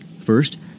First